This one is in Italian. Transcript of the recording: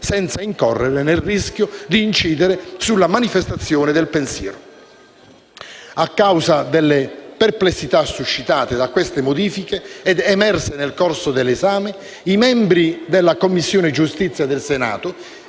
senza incorrere nel rischio di incidere sulla libera manifestazione del pensiero. A causa delle perplessità suscitate da queste modifiche, emerse nel corso dell'esame, i membri della Commissione giustizia del Senato